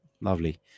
Lovely